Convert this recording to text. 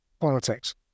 politics